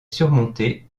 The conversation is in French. surmontée